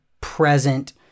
present